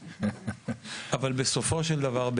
אבל בסופו של דבר,